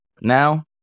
Now